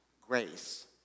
grace